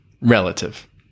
relative